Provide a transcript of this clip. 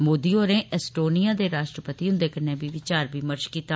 मोदी होरें एसटोनिया दे राष्ट्रपति हुन्दे कन्नै बी विचार विमर्श कीता